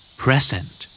present